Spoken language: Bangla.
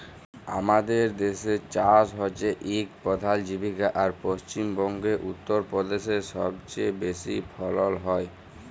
আমাদের দ্যাসে চাষ হছে ইক পধাল জীবিকা আর পশ্চিম বঙ্গে, উত্তর পদেশে ছবচাঁয়ে বেশি ফলল হ্যয়